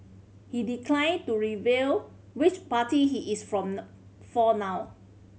he declined to reveal which party he is from now for now